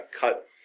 cut